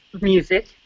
music